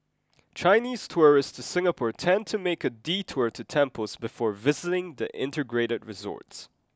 Chinese tourists to Singapore tend to make a detour to temples before visiting the integrated resorts